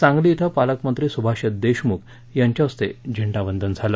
सांगली इथं पालकमंत्री सुभाष देशमुख यांच्या हस्ते ध्वजारोहन झालं